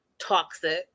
toxic